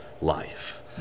life